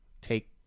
take